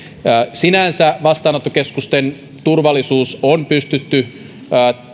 sinänsä vastaanottokeskusten turvallisuus on pystytty